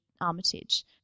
Armitage